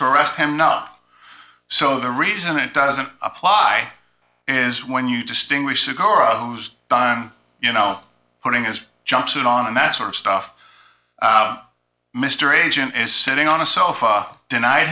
to arrest him no so the reason it doesn't apply is when you distinguish the choros done you know putting his jumpsuit on and that sort of stuff mr agent is sitting on a sofa denied